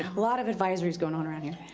a lot of advisories going on around here.